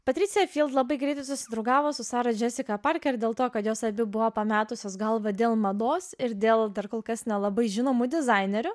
patricija labai greitai susidraugavo su sara džesika parker ir dėl to kad jos abi buvo pametusios galvą dėl mados ir dėl dar kol kas nelabai žinomų dizainerių